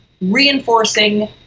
reinforcing